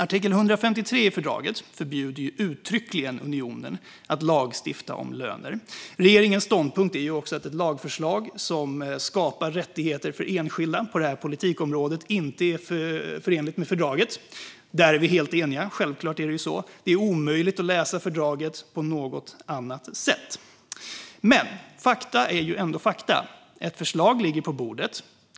Artikel 153 i fördraget förbjuder uttryckligen unionen att lagstifta om löner. Regeringens ståndpunkt är också att ett lagförslag som skapar rättigheter för enskilda på politikområdet inte är förenligt med fördraget. Där är vi självklart helt eniga. Det är omöjligt att läsa fördraget på något annat sätt. Men fakta är ändå fakta. Ett förslag ligger på bordet.